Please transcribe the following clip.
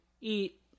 eat